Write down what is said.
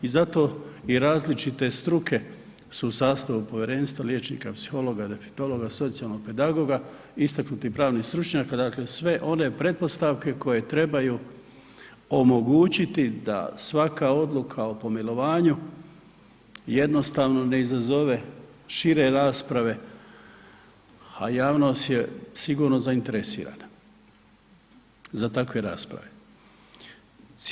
I zato su različite struke u sastavu povjerenstva liječnika, psihologa, defektologa, socijalnog pedagoga, istaknutih pravnih stručnjaka, dakle sve one pretpostavke koje trebaju omogućiti da svaka odluka o pomilovanju jednostavno ne izazove šire rasprave, a javnost je sigurno zainteresirana za takve rasprave.